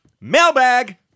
Mailbag